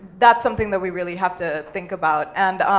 that's something that we really have to think about. and,